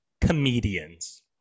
Comedians